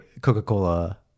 Coca-Cola